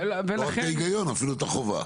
לא את ההיגיון, אפילו את החובה.